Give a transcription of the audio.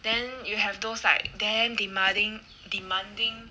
then you have those like damn demanding demanding